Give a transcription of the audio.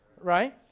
Right